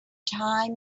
time